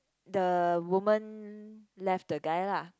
the women left the guy lah